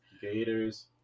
Gators